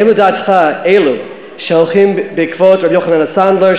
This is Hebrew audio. האם לדעתך אלו שהולכים בעקבות רבי יוחנן הסנדלר,